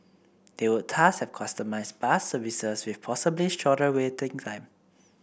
they would thus have customised bus services with possibly shorter waiting time